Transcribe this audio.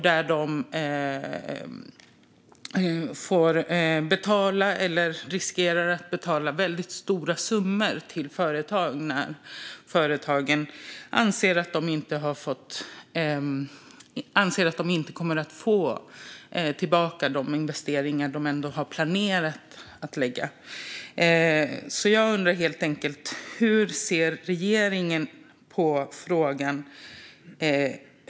De riskerar att betala stora summor när företagen anser att de inte kommer att få tillbaka de investeringar de ändå har planerat att göra. Hur ser regeringen på frågan?